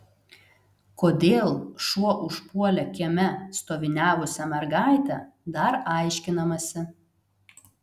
kodėl šuo užpuolė kieme stoviniavusią mergaitę dar aiškinamasi